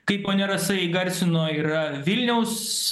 kaip ponia rasa įgarsino yra vilniaus